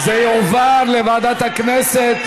זה יועבר לוועדת הכנסת.